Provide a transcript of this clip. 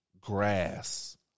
grass